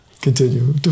Continue